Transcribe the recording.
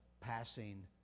passing